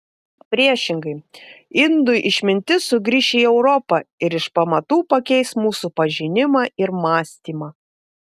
priešingai indų išmintis sugrįš į europą ir iš pamatų pakeis mūsų pažinimą ir mąstymą